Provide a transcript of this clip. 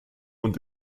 und